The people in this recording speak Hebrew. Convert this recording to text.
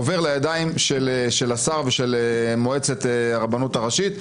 עובר לידיים של השר ושל מועצת הרבנות הראשית,